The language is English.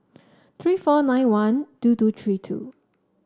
three four nine one two two three two